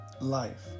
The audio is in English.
life